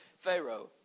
Pharaoh